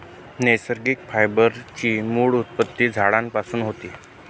नैसर्गिक फायबर ची मूळ उत्पत्ती झाडांपासून होते